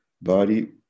body